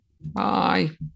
bye